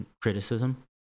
criticism